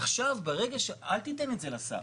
עכשיו, אל תיתן את זה לשר.